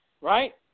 right